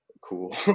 cool